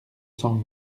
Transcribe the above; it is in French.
cent